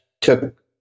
took